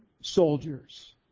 soldiers